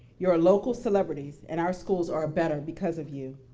you're local celebrities and our schools are better because of you.